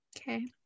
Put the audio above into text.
okay